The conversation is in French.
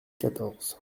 quatorze